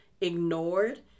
ignored